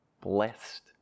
blessed